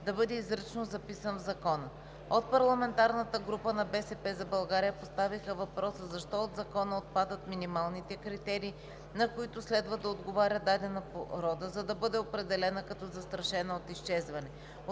да бъде изрично записан в Закона. От парламентарната група „БСП за България“ поставиха въпроса: защо от Закона отпадат минималните критерии, на които следва да отговаря дадена порода, за да бъде определена като застрашена от изчезване?